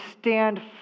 stand